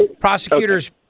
Prosecutors